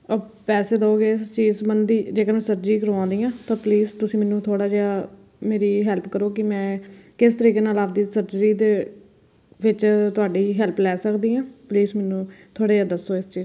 ਪੈਸੇ ਦਉਗੇ ਇਸ ਚੀਜ਼ ਸੰਬੰਧੀ ਜੇਕਰ ਮੈਂ ਸਰਜਰੀ ਕਰਵਾਉਂਦੀ ਹਾਂ ਤਾਂ ਪਲੀਜ਼ ਤੁਸੀਂ ਮੈਨੂੰ ਥੋੜ੍ਹਾ ਜਿਹਾ ਮੇਰੀ ਹੈਲਪ ਕਰੋ ਕਿ ਮੈਂ ਕਿਸ ਤਰੀਕੇ ਨਾਲ ਆਪਦੀ ਸਰਜਰੀ ਦੇ ਵਿੱਚ ਤੁਹਾਡੀ ਹੈਲਪ ਲੈ ਸਕਦੀ ਹਾਂ ਪਲੀਸ ਮੈਨੂੰ ਥੋੜ੍ਹਾ ਜਿਹਾ ਦੱਸੋ ਇਸ ਚੀਜ਼